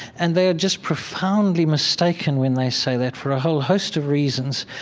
and they are just profoundly mistaken when they say that, for a whole host of reasons.